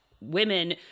women